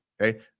Okay